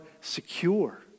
secure